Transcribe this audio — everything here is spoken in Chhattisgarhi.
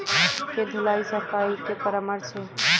के धुलाई सफाई के का परामर्श हे?